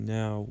now